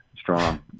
strong